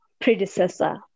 predecessor